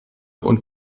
und